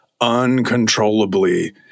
uncontrollably